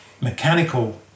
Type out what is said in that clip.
mechanical